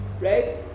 right